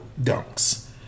dunks